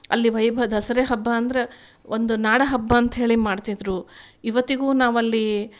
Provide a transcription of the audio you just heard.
ಅಲ್ಲಿ ವೈಭವ ದಸರಾ ಹಬ್ಬ ಅಂದ್ರೆ ಒಂದು ನಾಡ ಹಬ್ಬ ಅಂತ್ಹೇಳಿ ಮಾಡ್ತಿದ್ರು ಇವತ್ತಿಗು ನಾವಲ್ಲಿ